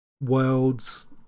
worlds